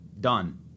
Done